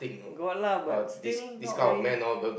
got lah but still not really